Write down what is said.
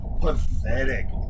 pathetic